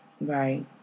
Right